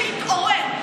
שיתעורר.